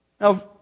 Now